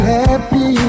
happy